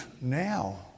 now